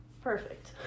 Perfect